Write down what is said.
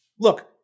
Look